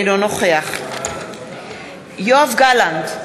אינו נוכח יואב גלנט,